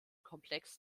komplex